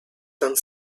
done